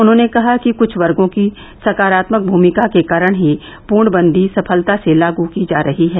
उन्होंने कहा कि कुछ वर्गो की सकारात्मक भूमिका के कारण ही पूर्णबंदी सफलता से लागू की जा रही है